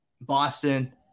Boston